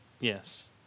Yes